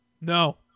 No